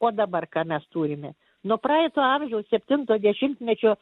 o dabar ką mes turime nuo praeito amžiaus septinto dešimtmečio